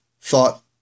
thought